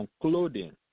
concluding